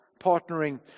partnering